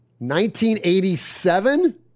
1987